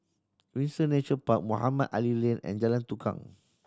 Windsor Nature Park Mohamed Ali Lane and Jalan Tukang